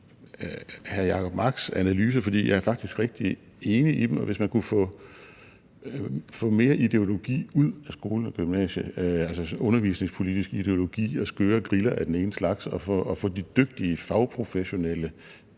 hr. Jacob Marks analyse, for jeg er faktisk rigtig enig i den, og hvis man kunne få mere ideologi ud af skolen og gymnasiet, altså undervisningspolitisk ideologi og skøre griller af den ene eller anden slags og få de dygtige fagprofessionelle